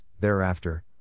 thereafter